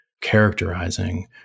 characterizing